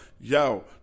Yo